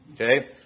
Okay